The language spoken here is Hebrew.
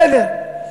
בסדר,